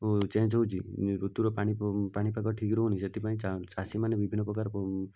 change ହେଉଛି ଋତୁର ପାଣିପାଗ ଠିକ୍ ରହୁନି ସେଥିପାଇଁ ଚାଷୀମାନେ ବିଭିନ୍ନ ପ୍ରକାର